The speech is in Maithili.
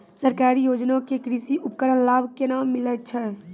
सरकारी योजना के कृषि उपकरण लाभ केना मिलै छै?